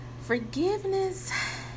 Forgiveness